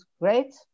great